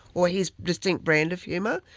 or his distinct brand of humour.